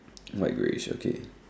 white greyish okay